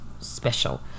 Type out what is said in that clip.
special